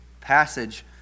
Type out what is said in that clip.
passage